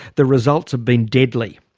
the results have been deadly.